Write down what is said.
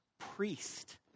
priest